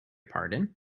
pardon